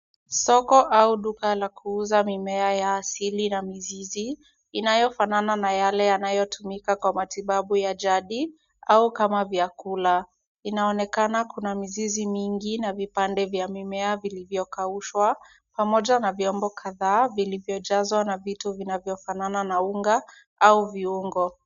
Soko au duka la kuuza mimea ya asili na mizizi inayofanana na yale yanayotumika na matibabu ya jadi au kama vyakula. Inaonekana Kuna mizizi mingi na vipande vya mimea vilivyokaushwa pamoja na vyombo kadhaa vilivyojazwa na vitu vinavyofanana na unga au viungo.